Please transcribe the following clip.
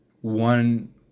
one